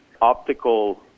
optical